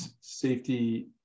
safety